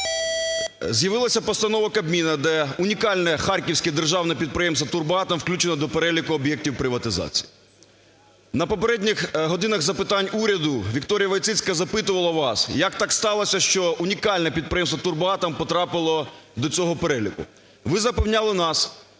З'явилася постанова Кабміну, де унікальне Харківське державне підприємство "Турбоатом" включено до переліку об'єктів приватизації. На попередніх "годинах запитань Уряду" Вікторія Войціцька запитувала вас, як так сталося, що унікальне підприємство "Турбоатом" потрапило до цього переліку. Ви запевняли нас,